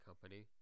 company